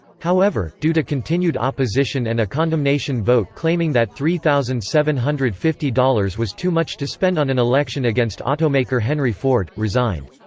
however, due to continued opposition and a condemnation vote claiming that three thousand seven hundred and fifty dollars was too much to spend on an election against automaker henry ford, resigned.